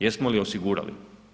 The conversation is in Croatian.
Jesmo li osigurali?